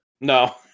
No